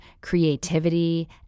creativity